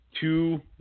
two